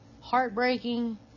heartbreaking